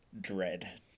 Dread